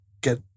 get